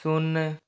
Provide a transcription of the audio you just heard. शून्य